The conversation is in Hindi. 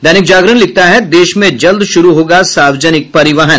दैनिक जागरण लिखता है देश में जल्द शुरू होगा सार्वजनिक परिवहन